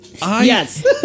Yes